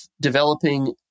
developing